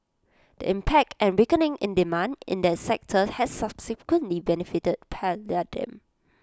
the impact and weakening in demand in that sector has subsequently benefited palladium